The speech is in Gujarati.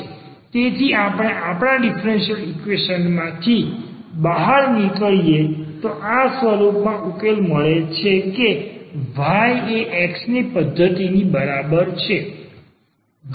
તેથી જો આપણે આપણા ડીફરન્સીયલ ઈક્વેશન માંથી બહાર નીકળીએ તો આ સ્વરૂપમાં ઉકેલ આવે છે કે y એ x ની ફંકશન ની બરાબર છે